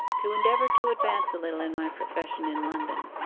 to endeavour to advance a little in my profession in london